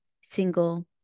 single